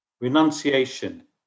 Renunciation